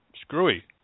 screwy